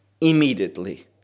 immediately